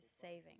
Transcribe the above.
saving